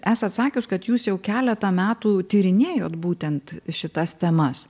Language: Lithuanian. esat sakius kad jūs jau keletą metų tyrinėjot būtent šitas temas